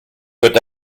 peut